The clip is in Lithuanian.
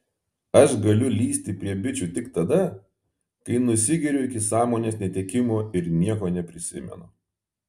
aš galiu lįsti prie bičų tik tada kai nusigeriu iki sąmonės netekimo ir nieko neprisimenu